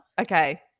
Okay